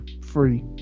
free